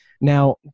Now